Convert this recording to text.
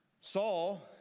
Saul